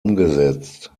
umgesetzt